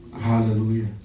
Hallelujah